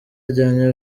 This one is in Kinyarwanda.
ajyanye